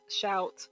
shout